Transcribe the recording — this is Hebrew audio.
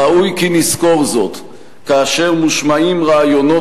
ראוי כי נזכור זאת כאשר מושמעים רעיונות